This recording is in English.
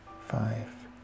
five